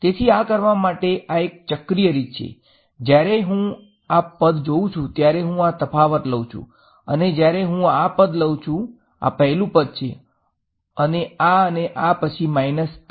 તેથી આ કરવા માટેની આ એક ચક્રીય રીત છે જ્યારે હું આ પદ જોઉં છું ત્યારે હું આ તફાવત લઉં છેઅને જ્યારે હું આ પડ લઉ છું આ પહેલું પદ છે અને આ અને પછી માઈનસ આ